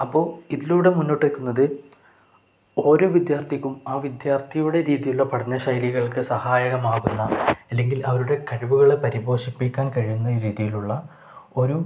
അപ്പോൾ ഇതിലൂടെ മുന്നോട്ട് നയിക്കുന്നത് ഓരോ വിദ്യാർത്ഥക്കും ആ വിദ്യാർത്ഥിയുടെ രീതിയിലുള്ള പഠനശൈലികൾക്ക് സഹായകമാകുന്ന അല്ലെങ്കിൽ അവരുടെ കഴിവുകളെ പരിപോഷിപ്പിക്കാൻ കഴിയുന്ന രീതിയിലുള്ള ഒരു